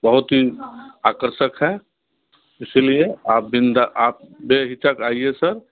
बहुत ही आकर्षक है इस लिए आप बिंदास आप बेझिझक आइए सर